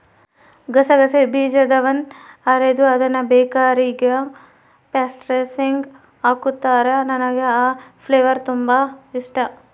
ಗಸಗಸೆ ಬೀಜದವನ್ನ ಅರೆದು ಅದ್ನ ಬೇಕರಿಗ ಪ್ಯಾಸ್ಟ್ರಿಸ್ಗೆ ಹಾಕುತ್ತಾರ, ನನಗೆ ಆ ಫ್ಲೇವರ್ ತುಂಬಾ ಇಷ್ಟಾ